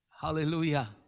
Hallelujah